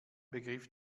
begriff